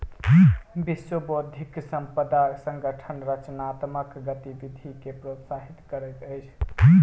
विश्व बौद्धिक संपदा संगठन रचनात्मक गतिविधि के प्रोत्साहित करैत अछि